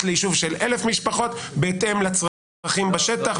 ליישוב של 1,000 משפחות בהתאם לצרכים בשטח,